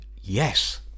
yes